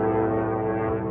and